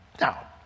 Now